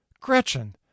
Gretchen